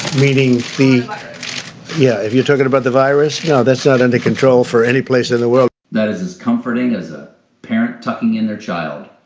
meaning the the virus. yeah if you're talking about the virus, no, that's not under control for any place in the world. that is as comforting as a parent tucking in their child.